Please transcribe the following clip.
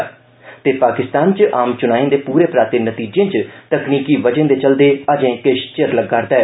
पाकिस्तान च आम चुनाएं दे पूरे पराते नतीजें च तकनीकी वजहें दे चलदे अजें किष चिर लग्गा'रदा ऐ